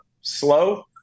slow